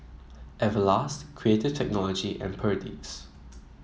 Everlast Creative Technology and Perdix